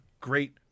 great